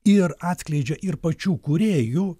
ir atskleidžia ir pačių kūrėjų